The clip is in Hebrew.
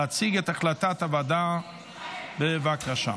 להציג את החלטת הוועדה, בבקשה.